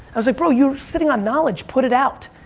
i was like, bro, you're sitting on knowledge. put it out.